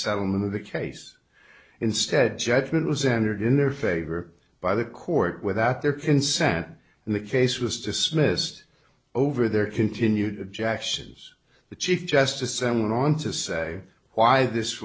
settlement of the case instead judgment was entered in their favor by the court without their consent and the case was dismissed over their continued objections the chief justice and went on to say why this